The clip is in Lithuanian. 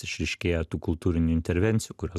išryškėja tų kultūrinių intervencijų kurios